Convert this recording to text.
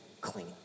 clean